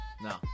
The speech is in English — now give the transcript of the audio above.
No